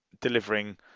delivering